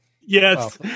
yes